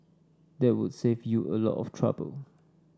that would save you a lot of trouble